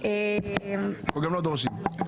וגם לא דורשים.